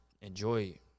enjoy